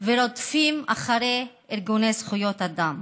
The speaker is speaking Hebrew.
ורודפים ארגוני זכויות אדם.